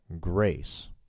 Grace